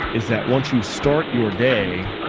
is that once you start your day,